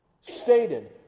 stated